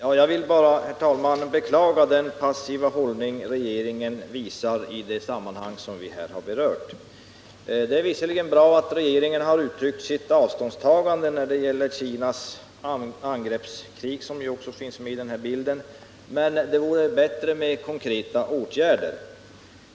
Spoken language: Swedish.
Herr talman! Jag vill bara beklaga den passiva hållning regeringen visar i det sammanhang vi här har berört. Det är visserligen bra att regeringen har uttryckt sitt avståndstagande när det gäller Kinas angreppskrig, som ju också finns med i bilden, men det vore bättre med konkreta åtgärder.